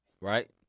right